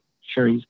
sure